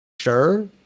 sure